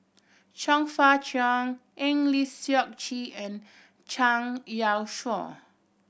Chong Fah Cheong Eng Lee Seok Chee and Zhang Youshuo